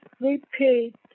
repeat